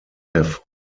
have